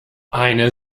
eine